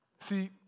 See